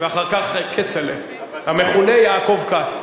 ואחר כך, כצל'ה, המכונה יעקב כץ.